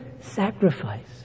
sacrifice